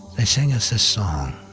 they sang us this song,